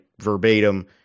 verbatim